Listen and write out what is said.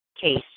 case